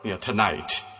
tonight